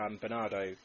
Bernardo